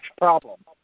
problem